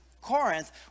Corinth